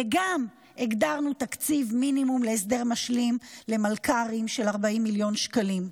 וגם הגדרנו תקציב מינימום להסדר משלים למלכ"רים של 40 מיליון שקלים.